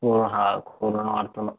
हो हा कोरोना वाचवलं